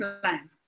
plan